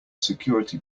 security